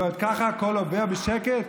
ועוד ככה, הכול עובר בשקט?